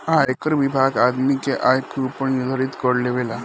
आयकर विभाग आदमी के आय के ऊपर निर्धारित कर लेबेला